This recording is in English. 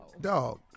Dog